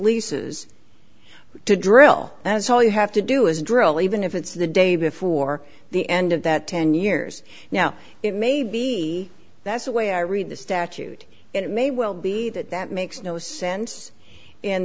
leases to drill that's all you have to do is drill even if it's the day before the end of that ten years now it may be that's the way i read the statute it may well be that that makes no sense in